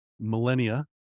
millennia